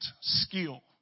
skill